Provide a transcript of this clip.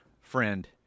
friend